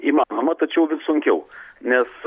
įmanoma tačiau vis sunkiau nes